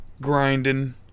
grinding